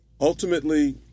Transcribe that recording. ultimately